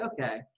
okay